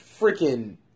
freaking